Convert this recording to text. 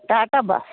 Tata bus